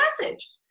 message